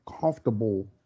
comfortable